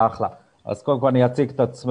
אז קודם כל אני אציג את עצמי.